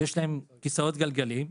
שיש להם כיסאות גלגלים,